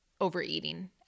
overeating